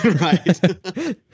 right